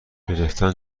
گرفتن